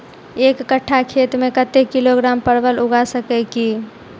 एक कट्ठा खेत मे कत्ते किलोग्राम परवल उगा सकय की??